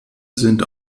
sind